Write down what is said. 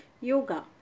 yoga